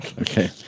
Okay